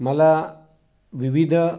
मला विविध